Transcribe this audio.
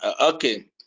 Okay